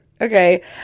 Okay